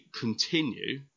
continue